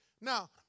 Now